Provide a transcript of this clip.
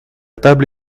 table